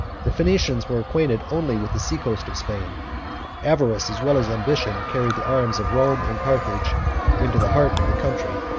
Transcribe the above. the phoenicians were acquainted only with the sea-coast of spain avarice, as well as ambition, carried the arms of rome and carthage into the heart of the country,